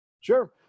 Sure